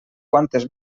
quantes